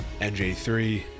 NJ3